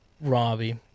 Robbie